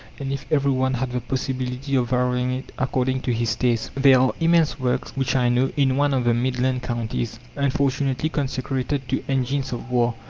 and if every one had the possibility of varying it according to his tastes. there are immense works, which i know, in one of the midland counties, unfortunately consecrated to engines of war.